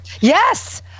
Yes